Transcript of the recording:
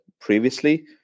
previously